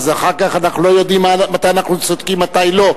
אז אחר כך אנחנו לא יודעים מתי אנחנו צודקים ומתי לא.